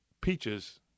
peaches